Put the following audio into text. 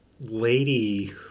lady